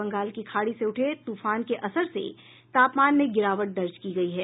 बंगाल की खाड़ी से उठे तूफान के असर से तापमान में गिरावट दर्ज की गयी है